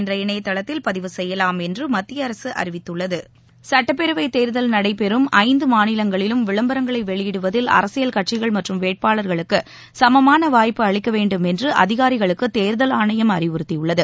என்ற இணையதளத்தில் பதிவு செய்யலாம் என்று மத்திய அரசு அறிவித்துள்ளது சுட்டப்பேரவை தேர்தல் நடைபெறும் ஐந்து மாநிலங்களிலும் விளம்பரங்களை வெளியிடுவதில் அரசியல் கட்சிகள் மற்றும் வேட்பாளர்களுக்கு சுமமான வாய்ப்பு அளிக்க வேண்டும் என்று அதிகாரிகளுக்கு தேர்தல் ஆணையம் அறிவுறுத்தியுள்ளது